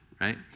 right